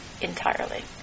entirely